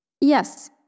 Yes